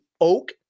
oak